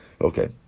Okay